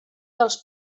dels